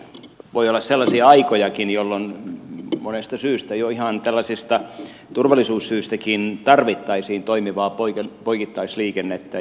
voi olla sellaisiakin aikoja jolloin monesta syystä ihan jo tällaisista turvallisuussyistäkin tarvittaisiin toimivaa poikittaisliikennettä